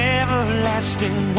everlasting